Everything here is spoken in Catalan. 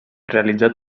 realitzà